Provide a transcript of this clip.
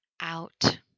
out